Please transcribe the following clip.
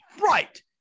Right